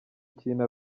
ikintu